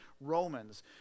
Romans